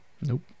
Nope